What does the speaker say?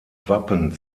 wappen